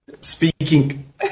Speaking